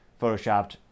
photoshopped